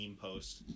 post